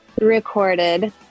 recorded